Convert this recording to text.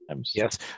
yes